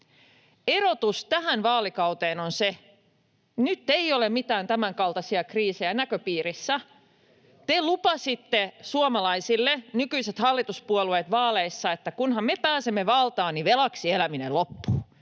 Erotus tähän vaalikauteen on se, että nyt ei ole mitään tämänkaltaisia kriisejä näköpiirissä. [Ben Zyskowicz: Ai jaa!] Te, nykyiset hallituspuolueet, lupasitte suomalaisille vaaleissa, että kunhan me pääsemme valtaan, niin velaksi eläminen loppuu